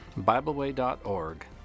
BibleWay.org